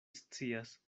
scias